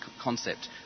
concept